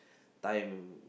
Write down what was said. time